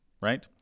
right